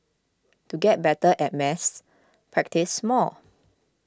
to get better at maths practise more